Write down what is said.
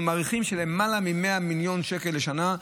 אנחנו מעריכים שלמעלה מ-100 מיליון שקל בשנה,